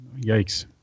Yikes